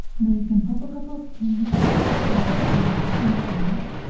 now you can pop a couple of pins to keep the template in place,